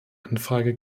anfrage